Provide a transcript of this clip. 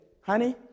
honey